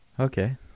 Okay